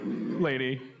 Lady